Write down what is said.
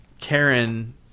Karen